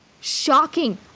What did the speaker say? Shocking